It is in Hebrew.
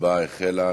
ההצבעה החלה.